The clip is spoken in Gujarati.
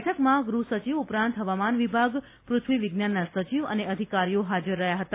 બેઠકમાં ગ્રહસચિવ ઉપરાંત હવામાન વિભાગ પૃથ્વી વિજ્ઞાનના સચિવ અને અધિકારીઓ હાજર રહ્યા હતા